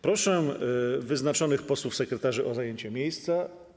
Proszę wyznaczonych posłów sekretarzy o zajęcie miejsc.